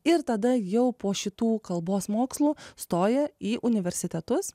ir tada jau po šitų kalbos mokslų stoja į universitetus